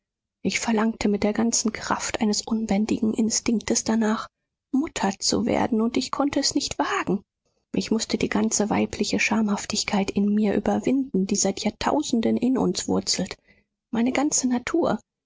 ich verlangte mit der ganzen kraft eines ungebändigten instinktes danach mutter zu werden und ich konnte es nicht wagen ich mußte die ganze weibliche schamhaftigkeit in mir überwinden die seit jahrtausenden in uns wurzelt meine ganze natur